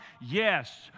Yes